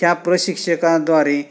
ह्या प्रशिक्षकांद्वारे